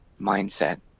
mindset